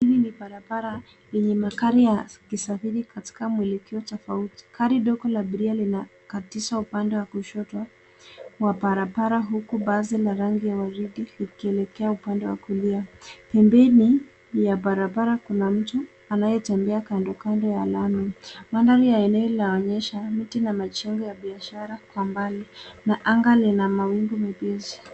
Hili ni barabara yenye magari yakisafiri katika mwelekeo tofauti. Gari dogo la abiria lina katiza upande wa kushoto wa barabara huku basi wa rangi ya waridi ikielekea upande wa kulia. Pembeni ya barabara kuna mtu anayetembea kando kando ya lami. Mandhari ya eneo laonyesha mti na majengo ya biashara kwa mbali na anga lina mawingu mepesi.